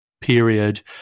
period